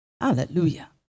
Hallelujah